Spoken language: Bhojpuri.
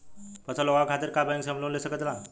फसल उगावे खतिर का बैंक से हम लोन ले सकीला?